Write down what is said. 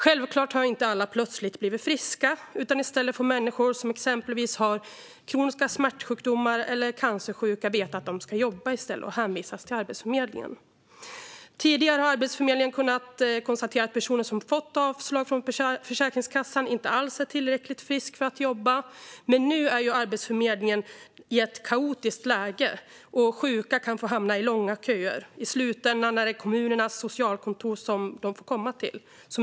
Självklart har alla inte plötsligt blivit friska, utan i stället får exempelvis människor som har kroniska smärtsjukdomar eller cancersjuka veta att de i stället ska jobba och hänvisas till Arbetsförmedlingen. Tidigare har Arbetsförmedlingen kunnat konstatera att personer som fått avslag från Försäkringskassan inte alls är tillräckligt friska för att jobba, men nu befinner sig Arbetsförmedlingen i ett kaotiskt läge. Sjuka kan hamna i långa köer. I slutändan är det till kommunernas socialkontor de får komma.